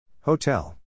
Hotel